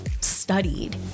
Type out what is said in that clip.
studied